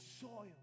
soil